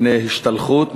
מפני השתלחות,